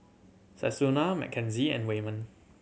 Susannah Mackenzie and Wayman